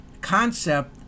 concept